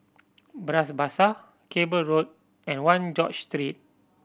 Bras Basah Cable Road and One George Street